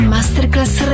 Masterclass